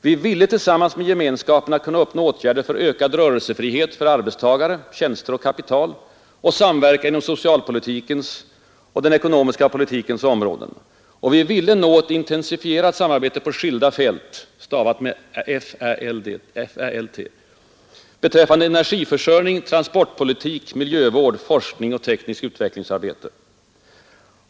Vi ville tillsammans med gemenskaperna kunna uppnå åtgärder för ökad rörelsefrihet för arbetstagare, tjänster och kapital och samverka inom socialpolitikens och den ekonomiska politikens områden. Vi ville nå ett intensifierat samarbete på skilda fält beträffande energifö rjning, transportpolitik, miljövård, forskning och tekniskt utvecklingsarbete.